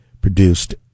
produced